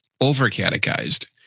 over-catechized